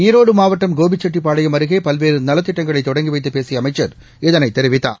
ஈரோடு மாவட்டம் கோபிச்செட்டிப்பாளையம் அருகே பல்வேறு நலத்திட்டங்களை தொடங்கி வைத்து பேசிய அமைச்சர் இதை தெரிவித்தார்